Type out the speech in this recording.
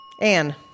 Anne